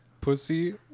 Pussy